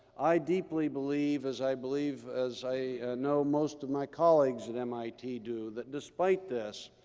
i deeply believe, as i believe as i know most of my colleagues at mit do, that despite this,